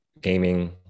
gaming